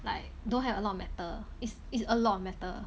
like don't have a lot of metal is is a lot of metal